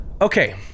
Okay